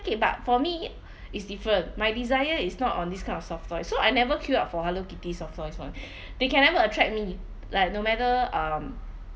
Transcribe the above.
okay but for me it's different my desire is not on this kind of soft toy so I never queue up for hello kitty soft toys [one] they can never attract me like no matter um